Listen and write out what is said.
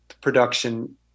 production